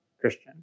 Christian